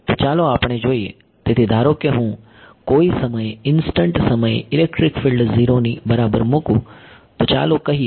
તો ચાલો આપણે જોઈએ તેથી ધારો કે હું કોઈ સમયે ઈન્સ્ટંટ સમયે ઈલેક્ટ્રિક ફિલ્ડ 0 ની બરાબર મૂકું તો ચાલો કહીએ